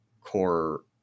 core